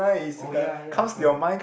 oh ya ya correct